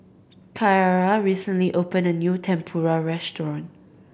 Kyara recently opened a new Tempura restaurant